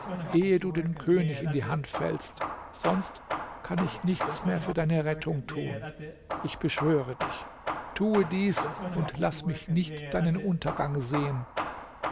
du dem könig in die hand fällst sonst kann ich nichts mehr für deine rettung tun ich beschwöre dich tue dies und laß mich nicht deinen untergang sehen